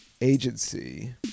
agency